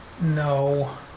No